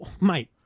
mate